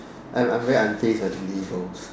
I'm I'm very unfazed by the levers